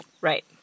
Right